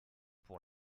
pour